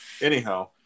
anyhow